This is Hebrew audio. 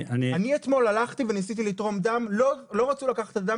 אני אתמול הלכתי אתמול וניסיתי לתרום דם ולא רצו לקחת לי דם